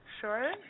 Sure